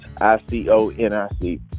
I-C-O-N-I-C